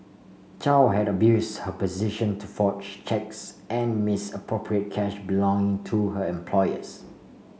Chow had abuse her position to forge cheques and misappropriate cash belonging to her employers